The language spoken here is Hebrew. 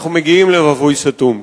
אנחנו מגיעים למבוי סתום.